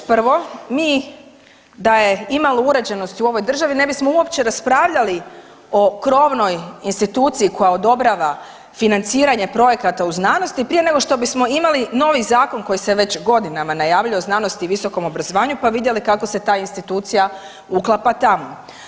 Prvo, mi da je imalo uređenosti u ovoj državi ne bismo uopće raspravljali o krovnoj instituciji koja odobrava financiranje projekata u znanosti prije nego što bismo imali novi zakon koji se već godinama najavljuje o znanosti i visokom obrazovanju pa vidjeli kako se ta institucija uklapa tamo.